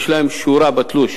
יש להם שורה בתלוש,